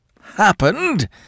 Happened